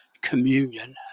communion